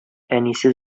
әнисе